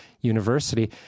university